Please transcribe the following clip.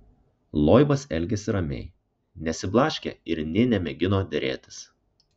loibas elgėsi ramiai nesiblaškė ir nė nemėgino derėtis